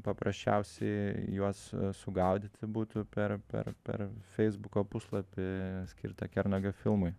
paprasčiausiai juos sugaudyti būtų per per per feisbuko puslapį skirtą kernagio filmui